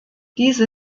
diese